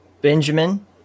Benjamin